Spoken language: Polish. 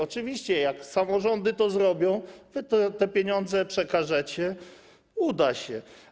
Oczywiście jak samorządy to zrobią i te pieniądze przekażecie, uda się.